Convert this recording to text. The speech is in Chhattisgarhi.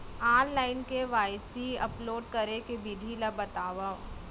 ऑनलाइन के.वाई.सी अपलोड करे के विधि ला बतावव?